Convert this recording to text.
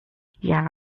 yeah